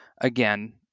Again